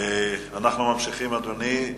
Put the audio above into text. אנחנו ממשיכים, אדוני.